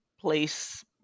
place